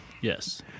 yes